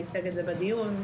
וייצג את זה בדיון.